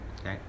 Okay